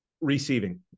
Receiving